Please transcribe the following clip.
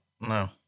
No